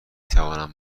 توانم